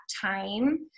time